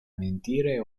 mentire